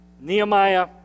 Nehemiah